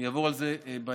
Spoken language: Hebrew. אני אעבור על זה בהמשך,